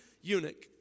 eunuch